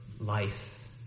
life